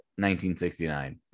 1969